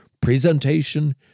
presentation